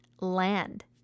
land